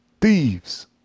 Thieves